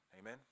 Amen